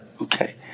Okay